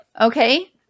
Okay